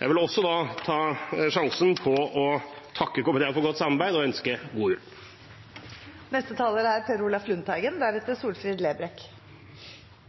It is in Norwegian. Jeg vil også ta sjansen på å takke komiteen for godt samarbeid og ønske